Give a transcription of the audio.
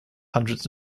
hundreds